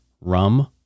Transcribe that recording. Rum